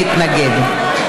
42 מתנגדים ואין נמנעים.